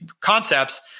concepts